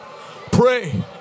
Pray